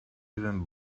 even